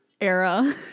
era